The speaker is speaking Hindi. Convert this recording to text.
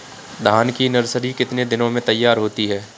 धान की नर्सरी कितने दिनों में तैयार होती है?